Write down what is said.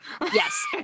Yes